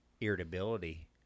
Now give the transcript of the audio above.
irritability